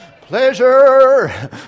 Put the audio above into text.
Pleasure